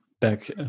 back